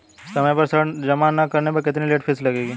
समय पर ऋण जमा न करने पर कितनी लेट फीस लगेगी?